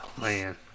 man